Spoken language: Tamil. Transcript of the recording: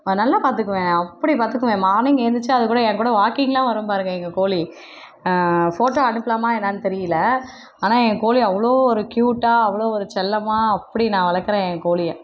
நல்லா பார்த்துக்குவேன் அப்படி பார்த்துக்குவேன் மார்னிங் ஏழுந்துருச்சா அதுக்கூட என் கூட வாங்க்கிங்லாம் வரும் பாருங்க எங்கள் கோழி ஃபோட்டோ அனுப்பலாமா என்னென்னு தெரியல ஆனால் எங்கள் கோழி அவ்வளோ ஒரு க்யூட்டாக அவ்வளோ ஒரு செல்லமாக அப்படி நான் வளர்க்குறேன் என் கோழிய